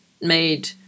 made